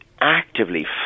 actively